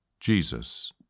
Jesus